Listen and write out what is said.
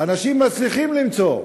אנשים מצליחים למצוא,